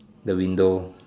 the window